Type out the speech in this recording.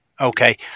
Okay